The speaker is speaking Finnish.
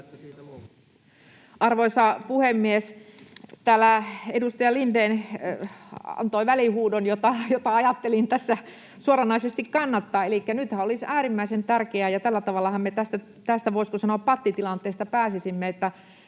Arvoisa puhemies! Täällä edustaja Lindén huusi välihuudon, jota ajattelin tässä suoranaisesti kannattaa. Elikkä nythän olisi äärimmäisen tärkeää — ja tällä tavallahan me tästä, voisiko sanoa, pattitilanteesta pääsisimme — että